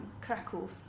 Kraków